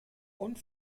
und